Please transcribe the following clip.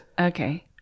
Okay